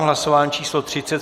Hlasování číslo 30.